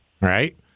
right